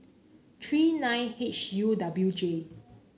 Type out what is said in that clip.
three nine H U W J